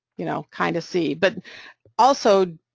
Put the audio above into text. you know, kind of see, but also,